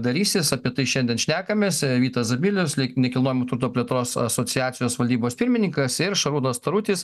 darysis apie tai šiandien šnekamės vytas zabilius nekilnojamo turto plėtros asociacijos valdybos pirmininkas ir šarūnas tarutis